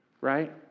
right